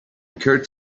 occurred